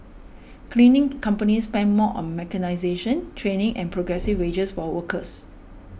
cleaning companies spend more on mechanisation training and progressive wages for workers